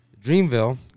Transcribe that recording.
Dreamville